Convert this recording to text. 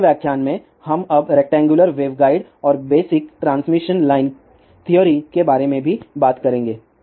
अगले व्याख्यान में हम अब रेक्टैंगुलर वेवगाइड और बेसिक ट्रांसमिशन लाइन थ्योरी के बारे में भी बात करेंगे